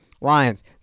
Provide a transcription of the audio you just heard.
lions